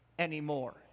Anymore